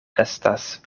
estas